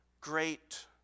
great